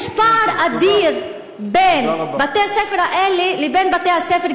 יש פער אדיר בין בתי-הספר האלה לבין בתי-הספר,